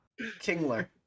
Kingler